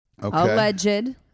alleged